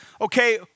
Okay